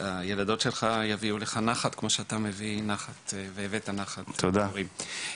שהילדות שלך יביאו נחת כמו שאתה הבאת נחת להורים שלך.